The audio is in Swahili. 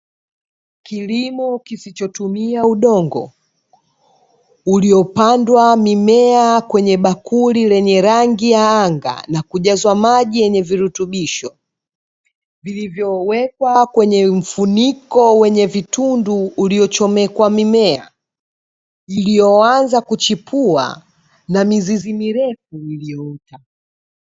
Kilimo kisichotumia udongo, uliopandwa mimea kwenye bakuli lenye rangi ya anga, na kujazwa maji yenye virutubisho vilivyowekwa kwenye mfuniko wenye vitundu uliochomekwa mimea, iliyoanza kuchipua na mizizi mirefu iliyoota.